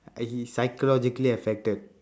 uh he psychologically affected